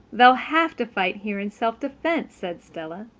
they'll have to fight here in self-defense, said stella.